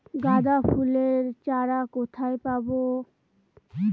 গাঁদা ফুলের চারা কোথায় পাবো?